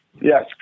Yes